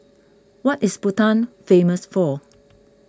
what is Bhutan famous for